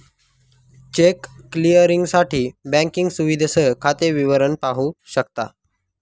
check क्लिअरिंगसाठी banking सुविधेसह खाते विवरण पाहू शकता